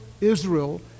Israel